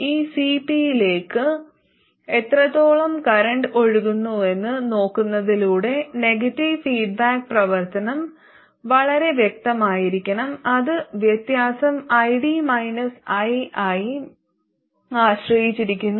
ഈ Cp യിലേക്ക് എത്രത്തോളം കറൻറ് ഒഴുകുന്നുവെന്ന് നോക്കുന്നതിലൂടെ നെഗറ്റീവ് ഫീഡ്ബാക്ക് പ്രവർത്തനം വളരെ വ്യക്തമായിരിക്കണം അത് വ്യത്യാസം id ii ആശ്രയിച്ചിരിക്കുന്നു